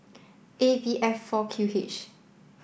A B F four Q H